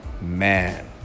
man